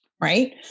right